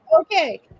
Okay